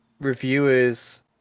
reviewers